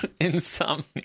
insomnia